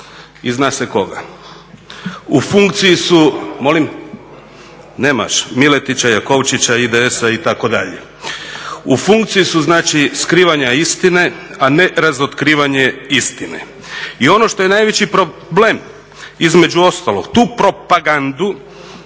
i zna se koga, Miletića, Jakovčića, IDS-a itd. U funkciji su skrivanja istine, a ne razotkrivanje istine. I ono što je najveći problem između ostalog, tu propagandu